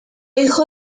hijo